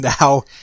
now